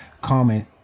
comment